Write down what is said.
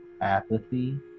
apathy